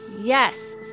Yes